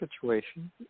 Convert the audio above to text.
situation